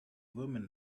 woman